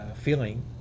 feeling